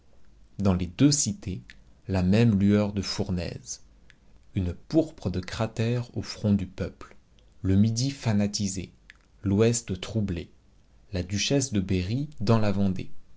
dans les deux cités la même lueur de fournaise une pourpre de cratère au front du peuple le midi fanatisé l'ouest troublé la duchesse de berry dans la vendée